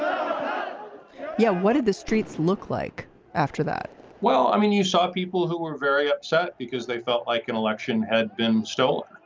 um yeah. what did the streets look like after that well i mean you saw people who were very upset because they felt like an election had been stolen.